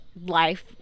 life